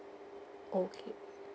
okay